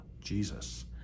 Jesus